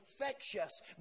infectious